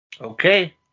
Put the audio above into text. Okay